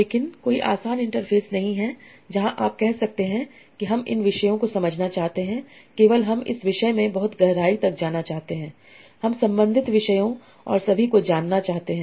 लेकिन कोई आसान इंटरफ़ेस नहीं है जहां आप कह सकते हैं कि हम इन विषयों को समझना चाहते हैं केवल हम इस विषय में बहुत गहराई तक जाना चाहते हैं हम संबंधित विषयों और सभी को जानना चाहते हैं